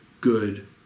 good